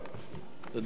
תודה לאדוני.